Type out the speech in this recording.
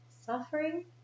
Suffering